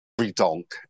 redonk